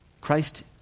Christ